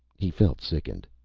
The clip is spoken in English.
he felt sickened.